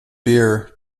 beer